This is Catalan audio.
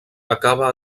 acaba